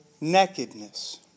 nakedness